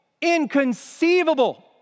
Inconceivable